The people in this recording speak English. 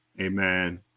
amen